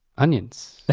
onions.